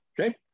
Okay